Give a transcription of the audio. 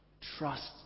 Trust